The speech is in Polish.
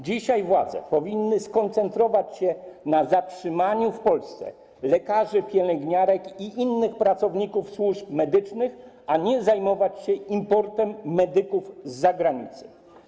Dzisiaj władze powinny skoncentrować się na zatrzymaniu w Polsce lekarzy, pielęgniarek i innych pracowników służb medycznych, a nie zajmować się importem medyków z zagranicy.